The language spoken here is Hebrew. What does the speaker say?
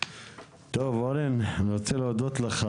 אני רוצה להודות לך.